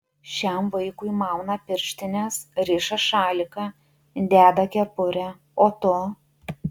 šiam vaikui mauna pirštines riša šaliką deda kepurę o tu